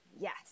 Yes